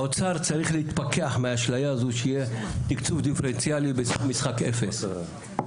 האוצר צריך להתפקח מהאשליה הזו שיהיה תקצוב דיפרנציאלי במשחק 0,